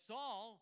Saul